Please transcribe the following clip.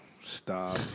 Stop